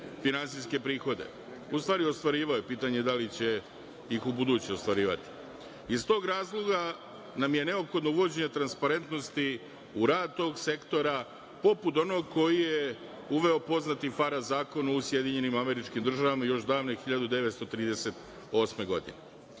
finansijske prihode. U stvari, ostvarivao je, pitanje je da li će ih ubuduće ostvarivati. Iz tog razloga nam je neophodno uvođenje transparentnosti u rad tog sektora, poput onog koji je uveo poznati FARA zakon u SAD još davne 1938. godine. Ovim